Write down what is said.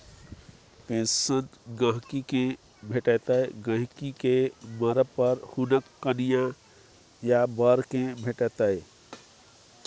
pension गहिंकी केँ भेटतै गहिंकी केँ मरब पर हुनक कनियाँ या बर केँ भेटतै